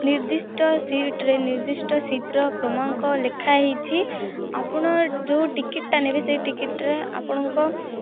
ନିର୍ଦ୍ଦିଷ୍ଟ ସିଟ୍ରେ ନିର୍ଦ୍ଧିଷ୍ଟ ସିଟ୍ର କ୍ରମାଙ୍କ ଲେଖା ହୋଇଛି ଆପଣ ଯେଉଁ ଟିକେଟ୍ଟା ନେବେ ସେଇ ଟିକେଟ୍ରେ ଆପଣଙ୍କ